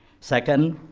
second,